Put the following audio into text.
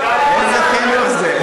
איזה חינוך זה?